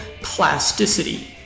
plasticity